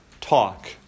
talk